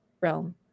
realm